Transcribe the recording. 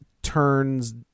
turns